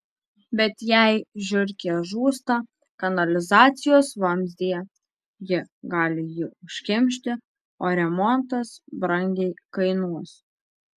bet jei žiurkė žūsta kanalizacijos vamzdyje ji gali jį užkimšti o remontas brangiai kainuos